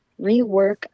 rework